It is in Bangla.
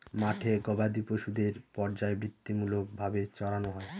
মাঠে গোবাদি পশুদের পর্যায়বৃত্তিমূলক ভাবে চড়ানো হয়